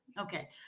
Okay